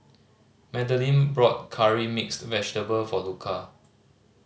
Madaline brought Curry Mixed Vegetable for Luka